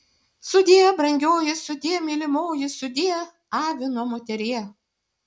sudie brangioji sudie mylimoji sudie avino moterie